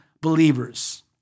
believers